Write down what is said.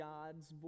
God's